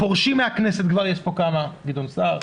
יש פה כמה פורשים מהכנסת, גדעון סער.